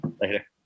Later